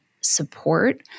support